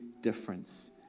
difference